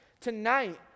tonight